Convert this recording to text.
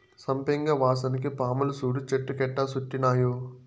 సంపెంగ వాసనకి పాములు సూడు చెట్టు కెట్టా సుట్టినాయో